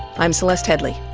i'm celeste headlee.